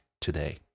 today